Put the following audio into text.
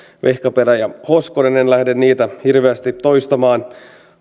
vehkaperä ja hoskonen enkä lähde niitä hirveästi toistamaan